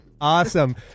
Awesome